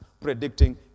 predicting